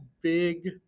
big